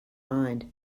mind